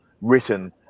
written